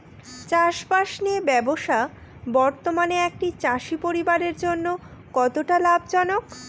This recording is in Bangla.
চাষবাষ নিয়ে ব্যবসা বর্তমানে একটি চাষী পরিবারের জন্য কতটা লাভজনক?